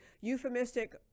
euphemistic